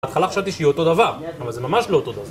בהתחלה חשבתי שהיא אותו דבר, אבל זה ממש לא אותו דבר.